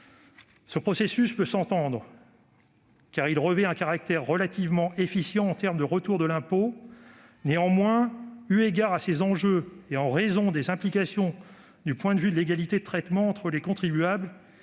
Ce processus peut s'entendre, car il revêt un caractère relativement efficient en termes de retour de l'impôt. Toutefois, eu égard aux enjeux qui lui sont liés et en raison de ses implications du point de vue de l'égalité de traitement entre les contribuables,